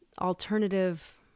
alternative